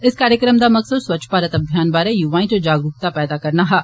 इस कार्यक्रम दा मकसद स्वच्छ भारत अभियान बारे युवाएं च जागरुक्ता पैदा करना हा